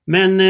Men